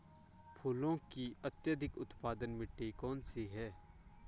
फूलों की अत्यधिक उत्पादन मिट्टी कौन सी है?